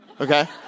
Okay